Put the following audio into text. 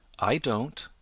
i don't,